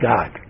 God